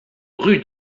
rue